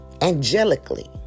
angelically